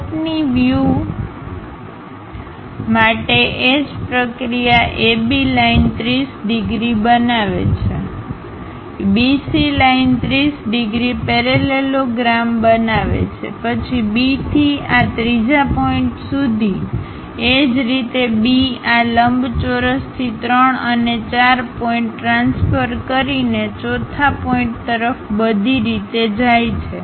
ટોપની view માટે A જ પ્રક્રિયા AB લાઇન 30 ડિગ્રી બનાવે છે BC લાઇન 30 ડિગ્રી પેરેલેલોગ્રામ બનાવે છે પછી B થી આ ત્રીજા પોઇન્ટસુધી A જ રીતે B આ લંબચોરસથી 3 અને 4 પોઇન્ટ ટ્રાન્સફર કરીને ચોથા પોઇન્ટતરફ બધી રીતે જાય છે